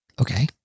Okay